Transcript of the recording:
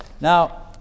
Now